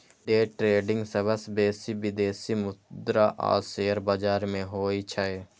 day trading सबसं बेसी विदेशी मुद्रा आ शेयर बाजार मे होइ छै